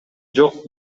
жок